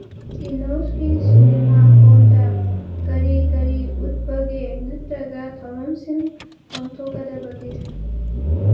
ꯏꯅꯣꯛꯁꯀꯤ cinema ꯍꯣꯜꯗ ꯀꯔꯤ ꯀꯔꯤ ꯎꯠꯄꯒꯦ ꯅꯠꯇ꯭ꯔꯒ ꯊꯧꯔꯝꯁꯤꯡ ꯄꯥꯡꯊꯣꯛꯀꯗꯕꯒꯦ